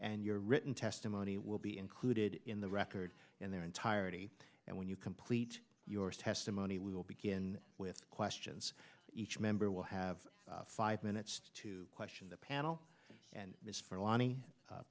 and your written testimony will be included in the record in their entirety and when you complete your testimony we will begin with questions each member will have five minutes to question the panel and ms for lani